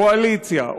קואליציה,